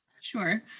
Sure